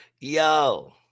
Yo